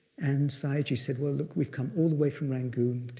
and sayagyi said, well, look, we've come all the way from rangoon,